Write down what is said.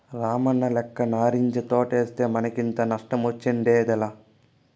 రామన్నలెక్క నారింజ తోటేస్తే మనకింత నష్టమొచ్చుండేదేలా